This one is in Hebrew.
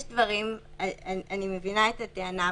אני מבינה את הטענה,